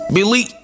Billy